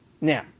Now